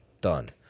Done